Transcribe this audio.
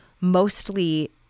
mostly